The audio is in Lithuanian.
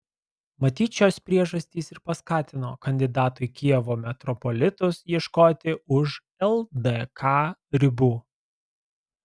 matyt šios priežastys ir paskatino kandidato į kijevo metropolitus ieškoti už ldk ribų